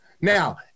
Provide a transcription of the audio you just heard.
Now